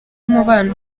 umubano